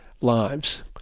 lives